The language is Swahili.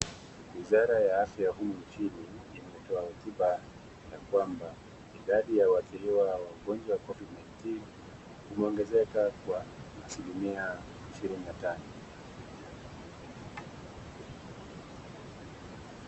Wizara ya afya humu nchini imetoa hotuba ya kwamba, idadi ya waathiriwa na ugonjwa wa Covid 19 imeongezeka kwa asilimia ishirini na tano.